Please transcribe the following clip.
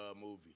movie